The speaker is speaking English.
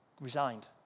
resigned